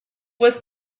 was